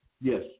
Yes